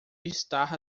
estar